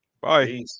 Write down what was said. Bye